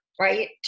right